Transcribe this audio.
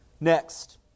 Next